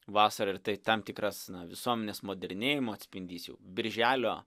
vasarą ir tai tam tikras visuomenės modernėjimo atspindys jau birželio